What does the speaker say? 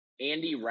Andy